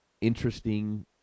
interesting